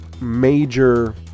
major